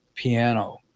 piano